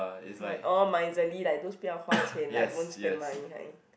my oh miserly like those 不要花钱 like don't spend money kind